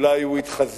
אולי הוא יתחזבאל,